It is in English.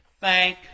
thank